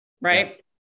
Right